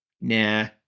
Nah